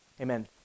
Amen